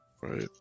right